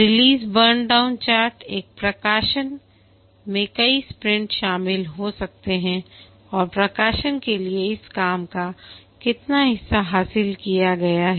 release burn down chart एक प्रकाशन में कई स्प्रिंट शामिल हो सकते हैं और प्रकाशन के लिए इस काम का कितना हिस्सा हासिल किया गया है